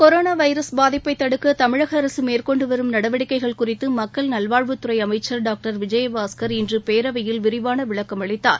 corona virus பாதிப்பை தடுக்க தமிழக அரசு மேற்கொண்டு வரும் நடவடிக்கைகள் குறித்து மக்கள் நல்வாழ்வுத் துறை அமைச்சர் டாக்டர் விஜயபாஸ்கர் இன்று பேரவையில் விரிவான விளக்கம் அளித்தார்